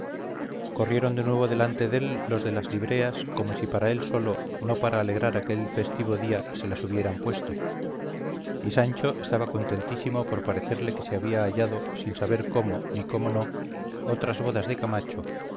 corrieron de nuevo delante dél los de las libreas como si para él solo no para alegrar aquel festivo día se las hubieran puesto y sancho estaba contentísimo por parecerle que se había hallado sin saber cómo ni cómo no otras bodas de camacho